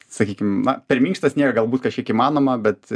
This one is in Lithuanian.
sakykim na per minkštą sniegą galbūt kažkiek įmanoma bet